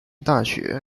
大学